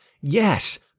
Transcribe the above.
Yes